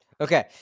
Okay